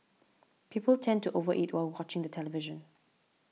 people tend to over eat while watching the television